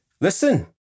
listen